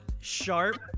Sharp